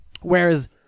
Whereas